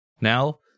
Now